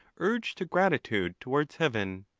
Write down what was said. urge to gratitude towards heaven.